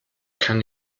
kann